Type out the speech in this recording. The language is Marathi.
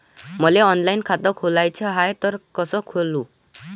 मले ऑनलाईन खातं खोलाचं हाय तर कस खोलू?